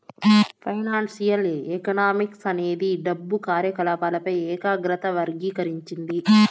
financial economics అనేది డబ్బు కార్యకాలపాలపై ఏకాగ్రత వర్గీకరించింది